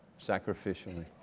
Sacrificially